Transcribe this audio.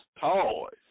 toys